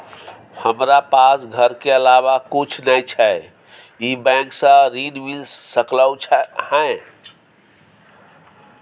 हमरा पास घर के अलावा कुछ नय छै ई बैंक स ऋण मिल सकलउ हैं?